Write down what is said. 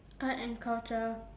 art and culture